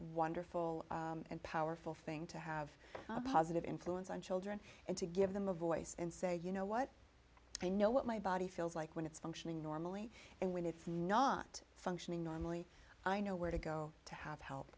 wonderful and powerful thing to have a positive influence on children and to give them a voice and say you know what i know what my body feels like when it's functioning normally and when it's not functioning normally i know where to go to have help